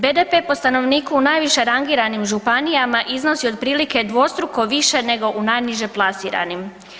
BDP po stanovniku u najviše rangiranim županijama iznosi otprilike dvostruko više nego u najniže plasiranim.